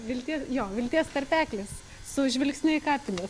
viltie jo vilties tarpeklis su žvilgsniu į kapines